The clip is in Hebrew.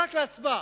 רק להצבעה.